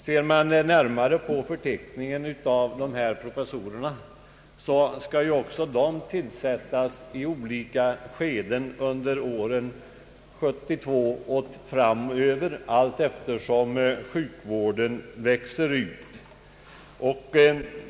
Ser man närmare på förteckningen över professurerna, finner man att de skall inrättas i olika skeden från år 1972 och framöver allteftersom sjukvården växer ut.